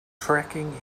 trekking